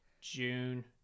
June